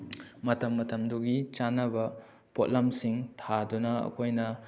ꯃꯇꯝ ꯃꯇꯝꯗꯨꯒꯤ ꯆꯥꯅꯕ ꯄꯣꯠꯂꯝꯁꯤꯡ ꯊꯥꯗꯨꯅ ꯑꯩꯈꯣꯏꯅ